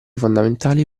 fondamentali